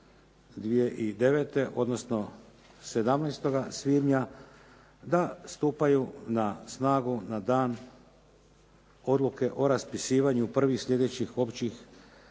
2009. odnosno 17. svibnja, da stupaju na snagu na dan Odluke o raspisivanju prvih sljedećih općih